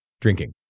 drinking